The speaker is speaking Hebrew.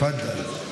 תפדל.